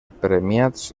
premiats